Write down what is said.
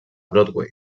broadway